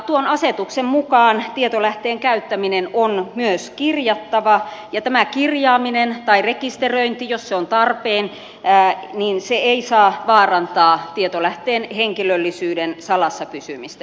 tuon asetuksen mukaan tietolähteen käyttäminen on myös kirjattava ja tämä kirjaaminen tai rekisteröinti jos se on tarpeen ei saa vaarantaa tietolähteen henkilöllisyyden salassa pysymistä